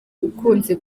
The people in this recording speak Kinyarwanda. ukunze